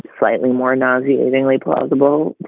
slightly more nauseatingly plausible.